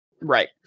Right